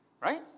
right